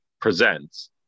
presents